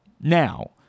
Now